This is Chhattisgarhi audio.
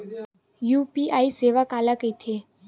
यू.पी.आई सेवा काला कइथे?